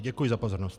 Děkuji za pozornost.